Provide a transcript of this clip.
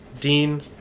Dean